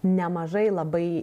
nemažai labai